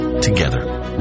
together